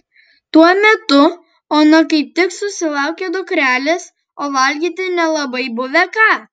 tuo metu ona kaip tik susilaukė dukrelės o valgyti nelabai buvę ką